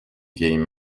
vieille